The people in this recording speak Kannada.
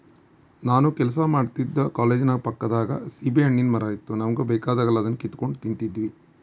ನಾನು ಕೆಲಸ ಮಾಡ್ತಿದ್ದ ಕಾಲೇಜಿನ ಪಕ್ಕದಾಗ ಸೀಬೆಹಣ್ಣಿನ್ ಮರ ಇತ್ತು ನಮುಗೆ ಬೇಕಾದಾಗೆಲ್ಲ ಅದುನ್ನ ಕಿತಿಗೆಂಡ್ ತಿಂತಿದ್ವಿ